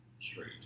straight